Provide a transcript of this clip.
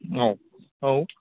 औ औ